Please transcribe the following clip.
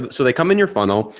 so they come in your funnel,